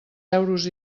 euros